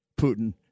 Putin